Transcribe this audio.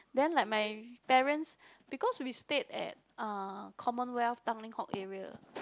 then like my parents because we stay at uh Commonwealth Tanglin Halt area